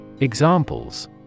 Examples